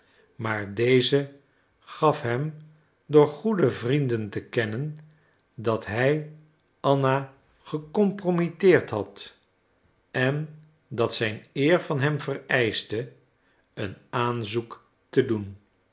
maar deze gaf hem door goede vrienden te kennen dat hij anna gecompromitteerd had en dat zijn eer van hem eischte een aanzoek te doen